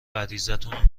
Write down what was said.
غریزتون